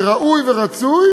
זה ראוי ורצוי